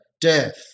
death